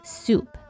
soup